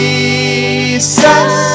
Jesus